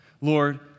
Lord